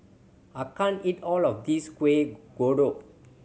I can't eat all of this Kueh Kodok